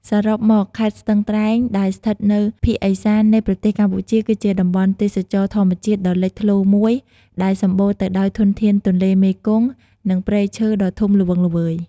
សរុបមក ខេត្តស្ទឹងត្រែង ដែលស្ថិតនៅភាគឦសាននៃប្រទេសកម្ពុជា គឺជាតំបន់ទេសចរណ៍ធម្មជាតិដ៏លេចធ្លោមួយ ដែលសម្បូរទៅដោយធនធានទន្លេមេគង្គ និងព្រៃឈើដ៏ធំល្វឹងល្វើយ។